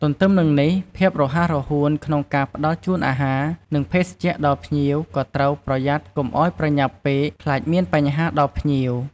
ទន្ទឹមនឹងនេះ ភាពរហ័សរហួនក្នុងការផ្តល់ជូនអាហារ និងភេសជ្ជៈដល់ភ្ញៀវ ក៏ត្រូវប្រយ័ត្នកុំឱ្យប្រញាប់ពេកខ្លាចមានបញ្ហាដល់ភ្ញៀវ។